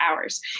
hours